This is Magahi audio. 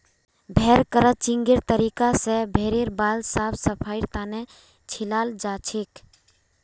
भेड़ क्रचिंगेर तरीका स भेड़ेर बाल साफ सफाईर तने छिलाल जाछेक